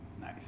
Nice